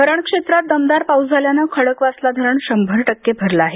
धरण क्षेत्रात दमदार पाऊस झाल्याने खडकवासला धरण शंभर टक्के भरले आहे